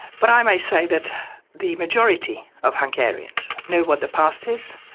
but i may say that the majority of hungarians know what the past is.